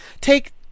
Take